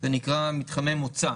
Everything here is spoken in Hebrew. זה נקרא מתחמי מוצא,